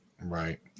right